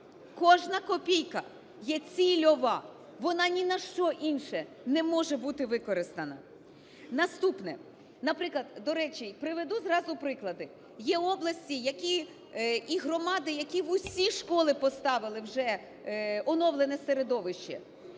Кожна копійка є цільова, вона ні на що інше не може бути використана. Наступне. Наприклад, до речі, приведу зразу приклади. Є області і громади, які в усі школи поставили вже оновлене середовище,